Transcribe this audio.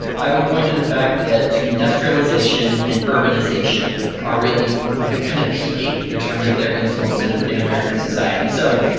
i would point to the fact that industrialization and urbanization are kind of peaking in terms of their influence in and in american society. so,